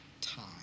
time